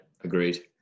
agreed